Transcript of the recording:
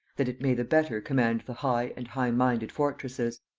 that it may the better command the high and high-minded fortresses.